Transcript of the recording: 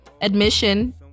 Admission